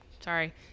sorry